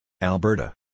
Alberta